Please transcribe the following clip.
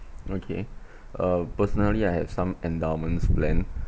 okay uh personally I have some endowments plan